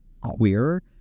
queer